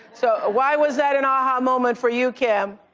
so, why was that an ah a-ha moment for you, kim?